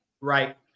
Right